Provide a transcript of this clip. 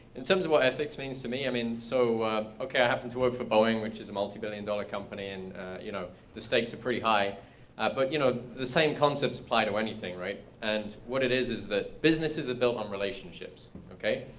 in terms of what ethics means to me, i mean so okay, i happened to work for boeing, which is a multi-billion dollar company. you know the stakes are pretty high but you know the same concepts apply to anything right. and what it is, is that businesses are built on relationships, okay,